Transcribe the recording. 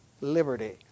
liberty